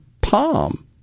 palm